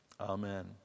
Amen